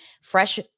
fresh